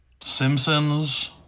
Simpsons